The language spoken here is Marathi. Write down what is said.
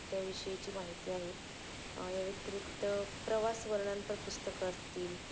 त्या विषयीची माहिती आहे याव्यतिरिक्त प्रवास वर्णनपर पुस्तकं असतील